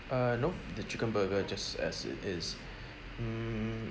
uh no the chicken burger just as it is hmm